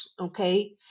okay